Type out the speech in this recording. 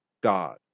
God